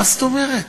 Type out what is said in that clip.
מה זאת אומרת?